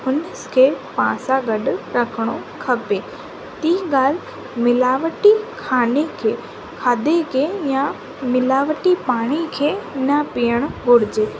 हुनखे पाण सां गॾु रखिणो खपे टी ॻाल्हि मिलावटी खाने खे खाधे खे या मिलावटी पाणी खे न पीअण घुरिजे